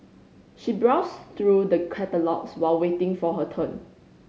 she browsed through the catalogues while waiting for her turn